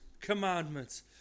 commandments